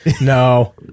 No